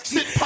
Sit